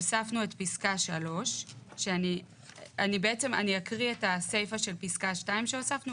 הוספנו את פסקה 3. אני אקריא את הסייפה של פסקה 2 שהוספנו